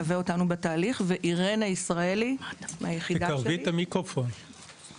בתהליך, ואירנה ישראלי, מהיחידה שלי.